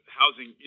housing